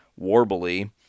warbly